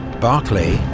barclay.